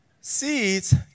Seeds